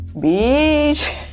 Beach